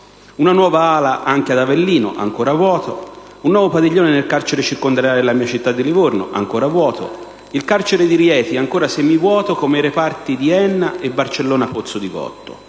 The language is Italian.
una nuova ala anche ad Avellino, ancora vuota; una nuovo padiglione nel carcere circondariale della mia città di Livorno, ancora vuoto; il carcere di Rieti ancora semivuoto, come i reparti di Enna e Barcellona Pozzo di Gotto;